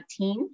2019